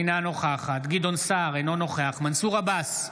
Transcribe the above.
אינה נוכחת גדעון סער, אינו נוכח מנסור עבאס,